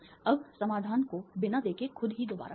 अब समाधान को बिना देखे खुद ही दोबारा करें